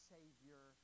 Savior